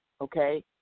okay